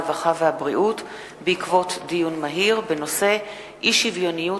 הרווחה והבריאות בעקבות דיון מהיר בנושא: אי-שוויוניות